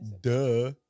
duh